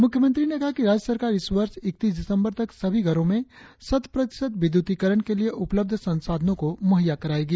मुख्यमंत्री ने कहा कि राज्य सरकार इस वर्ष इकतीस दिसंबर तक सभी घरों में शत प्रतिशत विद्युतीकरण के लिए उपलब्ध संसाधनों को मुहैय्या करायेगी